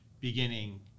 beginning